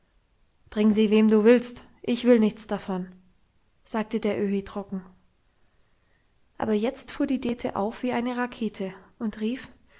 bring sie wem du willst ich will nichts davon sagte der öhi trocken aber jetzt fuhr die dete auf wie eine rakete und rief